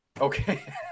Okay